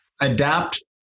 adapt